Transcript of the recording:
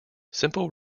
simple